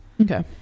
Okay